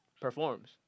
performs